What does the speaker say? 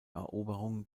eroberung